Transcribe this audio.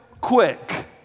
quick